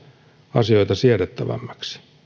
asioita siedettävämmiksi